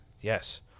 Yes